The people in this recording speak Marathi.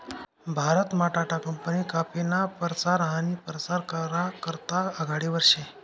भारतमा टाटा कंपनी काफीना परचार आनी परसार करा करता आघाडीवर शे